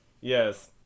Yes